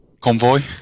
Convoy